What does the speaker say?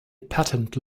patent